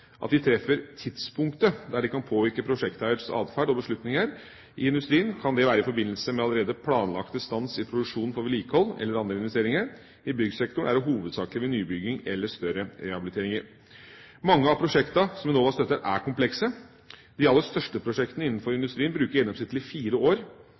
at de treffer tidspunktet da de kan påvirke prosjekteiers adferd og beslutninger. I industrien kan det være i forbindelse med allerede planlagt stans i produksjonen for vedlikehold eller andre investeringer. I byggsektoren er det hovedsakelig ved nybygging eller større rehabiliteringer. Mange av prosjektene som Enova støtter, er komplekse. De aller største prosjektene innenfor industrien bruker gjennomsnittlig fire år